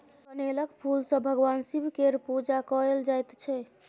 कनेलक फुल सँ भगबान शिब केर पुजा कएल जाइत छै